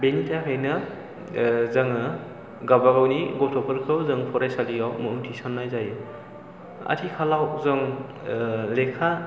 बेनि थाखायनो जोङो गावबागावनि गथ'फोरखौ जों फरायसालियाव मुं थिसननाय जायो आथिखालाव जों लेखा